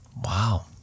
Wow